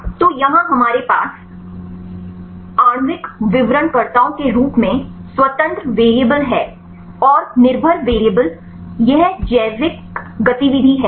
तो यहाँ हमारे पास आणविक विवरणकर्ताओं के रूप में स्वतंत्र वेरिएबल है और निर्भर वेरिएबल यह जैविक गतिविधि है